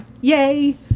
yay